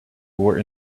were